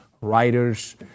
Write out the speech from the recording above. writers